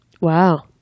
Wow